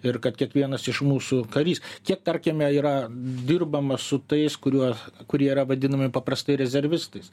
ir kad kiekvienas iš mūsų karys kiek tarkime yra dirbama su tais kuriuos kurie yra vadinami paprastai rezervistais